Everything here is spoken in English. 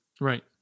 Right